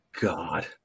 God